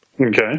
okay